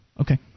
Okay